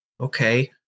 Okay